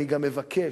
זה בשבת?